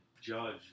Judge